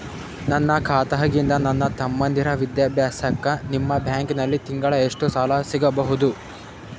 ನನ್ನ ಖಾತಾದಾಗಿಂದ ನನ್ನ ತಮ್ಮಂದಿರ ವಿದ್ಯಾಭ್ಯಾಸಕ್ಕ ನಿಮ್ಮ ಬ್ಯಾಂಕಲ್ಲಿ ತಿಂಗಳ ಎಷ್ಟು ಸಾಲ ಸಿಗಬಹುದು?